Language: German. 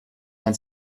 man